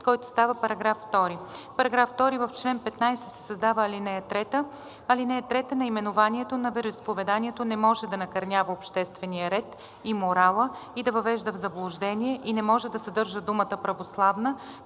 3, който става § 2. „§ 2. В чл. 15 се създава ал. 3. (3) Наименованието на вероизповеданието не може да накърнява обществения ред и морала и да въвежда в заблуждение и не може да съдържа думата „православна“,